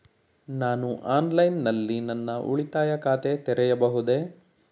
ನಾನು ಆನ್ಲೈನ್ ನಲ್ಲಿ ನನ್ನ ಉಳಿತಾಯ ಖಾತೆ ತೆರೆಯಬಹುದೇ?